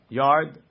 yard